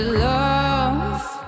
love